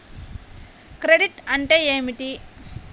Credit అంటే ఏమిటి?